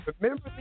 Remember